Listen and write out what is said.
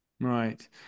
Right